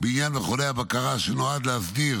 בעניין מכוני הבקרה, שנועד להסדיר